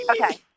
Okay